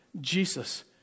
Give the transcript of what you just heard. Jesus